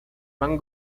van